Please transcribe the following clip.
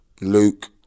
Luke